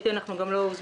אנחנו לא היינו חלק ממנו.